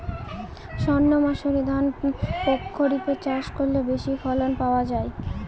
সর্ণমাসুরি ধান প্রক্ষরিপে চাষ করলে বেশি ফলন পাওয়া যায়?